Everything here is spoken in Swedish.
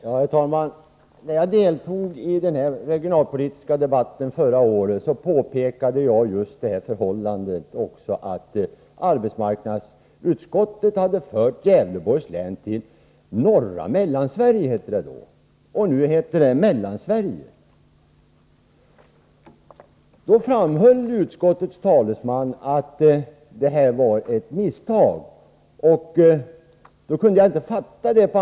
Herr talman! När jag deltog i den regionalpolitiska debatten förra året påpekade också jag det förhållandet att arbetsmarknadsutskottet hade fört Gävleborgs län till ”norra Mellansverige”, som det då hette. Nu har länet förts till Mellansverige. Utskottets talesman framhöll förra året att det då var fråga om ett misstag.